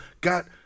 got